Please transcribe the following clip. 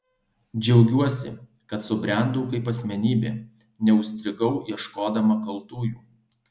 džiaugiuosi kad subrendau kaip asmenybė neužstrigau ieškodama kaltųjų